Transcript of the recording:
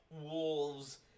wolves